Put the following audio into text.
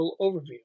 Overview